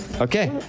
Okay